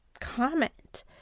comment